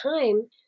time